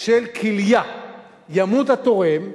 של כליה ימות התורם,